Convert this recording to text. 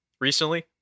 recently